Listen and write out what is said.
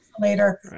later